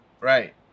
Right